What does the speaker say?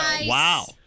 Wow